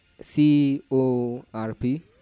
C-O-R-P